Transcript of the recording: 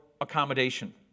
accommodation